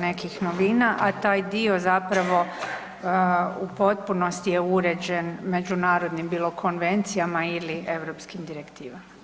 nekih novina, a taj dio zapravo u potpunosti je uređen međunarodnim bilo konvencijama ili europskim direktivama.